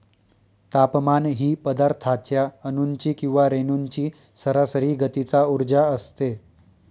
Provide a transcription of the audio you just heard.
तापमान ही पदार्थाच्या अणूंची किंवा रेणूंची सरासरी गतीचा उर्जा असते